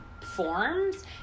Forms